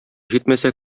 җитмәсә